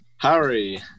Harry